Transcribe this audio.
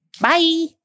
bye